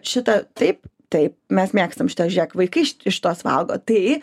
šitą taip taip mes mėgstam šitą žėk vaikai iš iš tos valgo tai